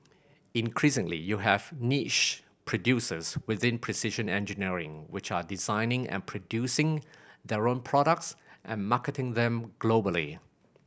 increasingly you have niche producers within precision engineering which are designing and producing their own products and marketing them globally